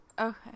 okay